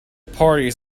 parties